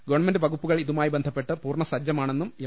government വകുപ്പുകൾ ഇതു മായി ബന്ധപ്പെട്ട് പൂർണ സജ്ജമാണെന്നും എം